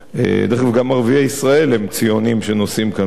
גם ערביי ישראל הם ציונים שנוסעים כאן באוטובוסים.